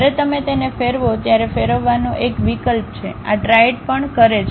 જ્યારે તમે તેને ફેરવો ત્યારે ફેરવવાનો એક વિકલ્પ છે આ ટ્રાયડ પણ ફરે છે